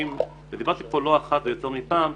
ודיברתי פה לא אחת ויותר מפעם,